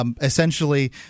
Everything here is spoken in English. Essentially